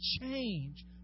change